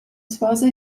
sposa